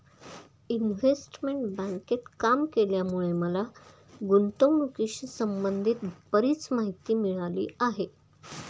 investment बँकेत काम केल्यामुळे मला गुंतवणुकीशी संबंधित बरीच माहिती मिळाली आहे